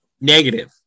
Negative